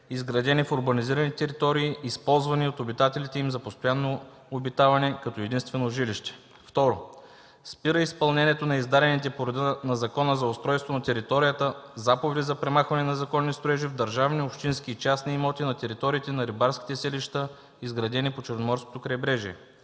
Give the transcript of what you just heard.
изградени в урбанизираните територии, използвани от обитателите им за постоянно обитаване като единствено жилище. 2. Спира изпълнението на издадените по реда на Закона за устройство на територията заповеди за премахване на незаконни строежи в държавни, общински и частни имоти на териториите на рибарските селища, изградени по Черноморското крайбрежие.